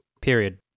Period